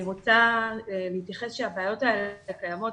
אני רוצה להתייחס שהבעיות האלה קיימות